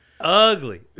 ugly